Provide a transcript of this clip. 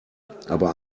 aber